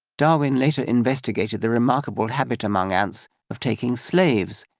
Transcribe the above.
darwin later investigated the remarkable habit among ants of taking slaves,